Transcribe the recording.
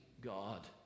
God